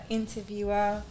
interviewer